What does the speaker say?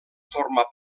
formar